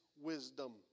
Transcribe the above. wisdom